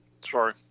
Sorry